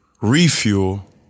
refuel